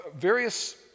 Various